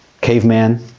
caveman